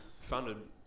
funded